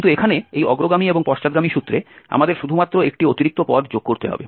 কিন্তু এখানে এই অগ্রগামী এবং পশ্চাৎগামী সূত্রে আমাদের শুধুমাত্র একটি অতিরিক্ত পদ যোগ করতে হবে